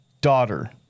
daughter